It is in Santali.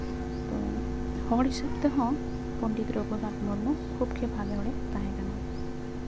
ᱛᱚ ᱦᱚᱲ ᱦᱤᱥᱟᱹᱵ ᱛᱮᱦᱚᱸ ᱯᱚᱸᱰᱤᱛ ᱨᱟᱹᱜᱷᱩᱱᱟᱛᱷ ᱢᱩᱨᱢᱩ ᱠᱷᱩᱵ ᱜᱮ ᱵᱷᱟᱜᱮ ᱦᱚᱲᱮ ᱛᱟᱦᱮᱸ ᱠᱟᱱᱟᱭ